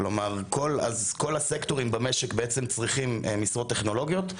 כלומר כל הסקטורים במשק בעצם צריכים משרות טכנולוגיות,